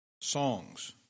songs